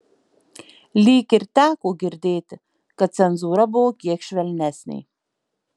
lyg ir teko girdėti kad cenzūra buvo kiek švelnesnė